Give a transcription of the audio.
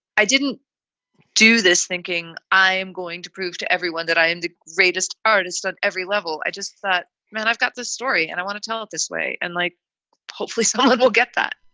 i didn't do this thinking i am going to prove to everyone that i am the greatest artist on every level. i just thought, man, i've got this story and i want to tell it this way and like hopefully so like we'll get that